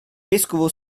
vescovo